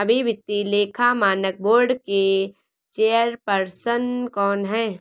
अभी वित्तीय लेखा मानक बोर्ड के चेयरपर्सन कौन हैं?